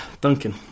Duncan